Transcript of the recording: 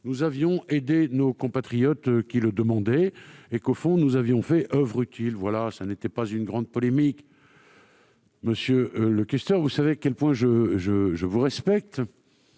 ensemble, aidé nos compatriotes qui le demandaient et que nous avions fait oeuvre utile. Ce n'était pas une grande polémique, monsieur le questeur. Vous savez quel point je vous respecte,